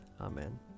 Amen